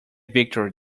victory